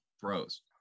throws